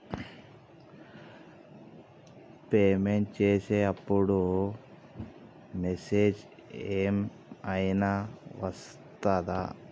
Payment చేసే అప్పుడు message ఏం ఐనా వస్తదా?